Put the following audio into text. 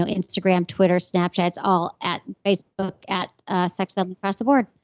ah instagram, twitter, snapchat, it's all at facebook at sexwithemily across the board.